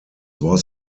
was